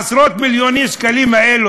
עשרות-מיליוני השקלים האלה,